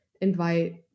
invite